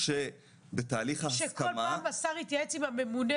כרטיס אד"י הוא אמצעי ודרך לקבל עוד תרומות